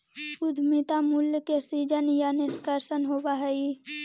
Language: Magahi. उद्यमिता मूल्य के सीजन या निष्कर्षण होवऽ हई